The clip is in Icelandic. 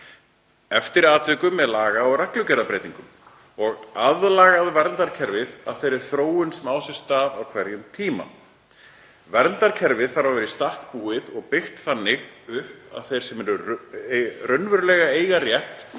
eftir atvikum með laga- og reglugerðarbreytingum, og aðlagað verndarkerfið að þeirri þróun sem á sér stað á hverjum tíma. Verndarkerfið þarf að vera í stakk búið og byggt þannig upp að þeir sem raunverulega eiga rétt